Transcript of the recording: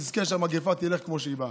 נזכה שהמגפה תלך כמו שהיא באה.